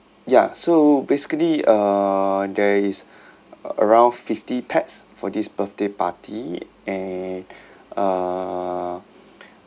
ya so basically uh there is around fifty pax for this birthday party and uh